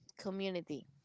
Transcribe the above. community